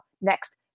Next